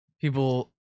people